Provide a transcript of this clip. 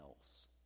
else